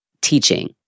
teaching